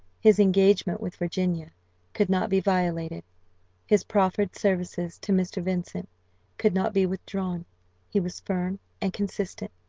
his engagement with virginia could not be violated his proffered services to mr. vincent could not be withdrawn he was firm and consistent.